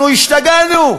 אנחנו השתגענו?